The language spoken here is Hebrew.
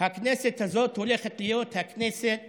הכנסת הזאת הולכת להיות הכנסת